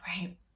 right